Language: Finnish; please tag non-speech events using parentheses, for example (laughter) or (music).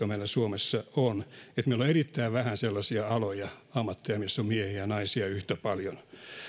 (unintelligible) meillä suomessa on kahtia jakautuneet työmarkkinat meillä on erittäin vähän sellaisia aloja ja ammatteja missä on miehiä ja naisia yhtä paljon